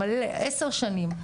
עשר שנים,